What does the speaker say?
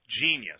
genius